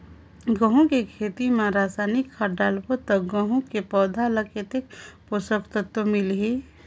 गंहू के खेती मां रसायनिक खाद डालबो ता गंहू के पौधा ला कितन पोषक तत्व मिलही?